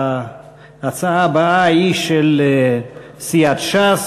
ההצעה הבאה היא של סיעת ש"ס: